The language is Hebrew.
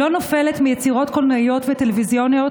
לא נופלת מיצירות קולנועיות וטלוויזיוניות